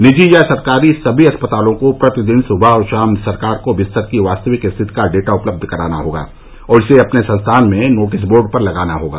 निजी या सरकारी सभी अस्पतालों को प्रतिदिन सुबह और शाम सरकार को बिस्तर की वास्तविक स्थिति का डेटा उपलब्ध कराना होगा और इसे अपने संस्थान में नोटिस बोर्ड पर लगाना होगा